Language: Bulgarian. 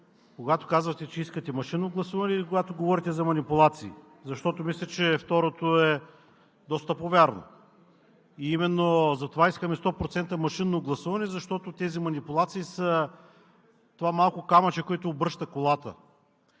когато казвате, че искате машинно гласуване, или когато говорите за манипулации, защото мисля, че второто е доста по-вярно. Именно затова искаме 100% машинно гласуване, защото тези манипулации са това малко камъче, което обръща колата.